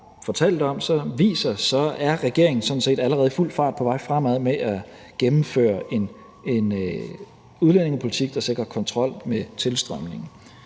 så er regeringen sådan set allerede i fuld fart på vej fremad med at gennemføre en udlændingepolitik, der sikrer kontrol med tilstrømningen.